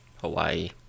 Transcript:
Hawaii